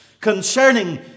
concerning